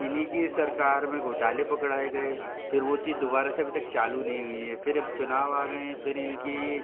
इन्हीं की सरकार में घोटाले पकड़ाए गए फिर वो चीज़ दोबारा से अभी तक चालू नहीं हुई है फिर अब चुनाव आ गए हैं फिर इनकी